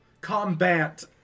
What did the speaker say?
Combat